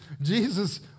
Jesus